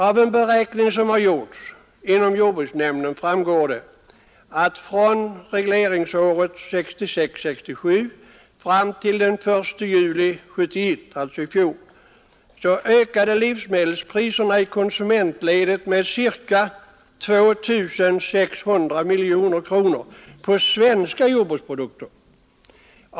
Av en beräkning som har gjorts inom jordbruksnämnden framgår att från regleringsåret 1966/67 fram till den 1 juli 1971, alltså i fjol, ökade livsmedelspriserna i konsumentledet med cirka 2 600 miljoner kronor på svenska jordbruksprodukter.